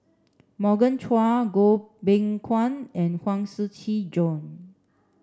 Morgan Chua Goh Beng Kwan and Huang Shiqi Joan